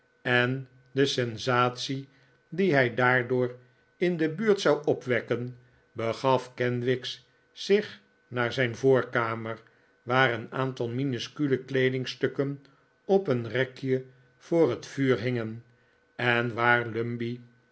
en de sensatie die hij daardoor in de buurt zou opwekken begaf kenwigs zich naar zijn voorkamer waar een aantal minuscule kleedingstukken op een rekje voor het vuur hingen en waar